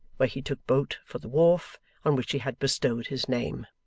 where he took boat for the wharf on which he had bestowed his name.